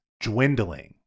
dwindling